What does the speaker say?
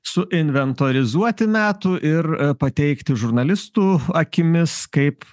suinventorizuoti metų ir pateikti žurnalistų akimis kaip